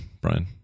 Brian